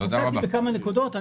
אני היחיד פה שמשרת את תעשיית המתכת.